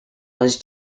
was